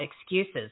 excuses